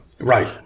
Right